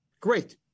great